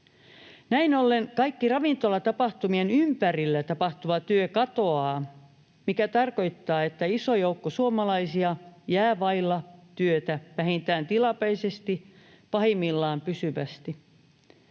Näin ollen kaikki ravintolatapahtumien ympärillä tapahtuva työ katoaa, mikä tarkoittaa, että iso joukko suomalaisia jää vailla työtä vähintään tilapäisesti, pahimmillaan pysyvästi.